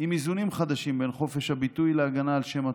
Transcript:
ועם איזונים חדשים בין חופש הביטוי להגנה על השם הטוב,